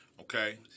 okay